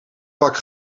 vak